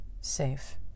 safe